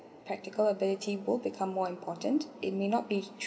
practical ability will become more important it may not be